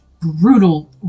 brutal